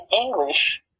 English